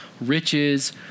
riches